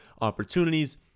opportunities